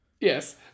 Yes